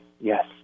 Yes